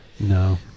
No